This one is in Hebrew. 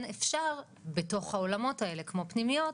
כן אפשר בתוך העולמות האלה, כמו פנימיות,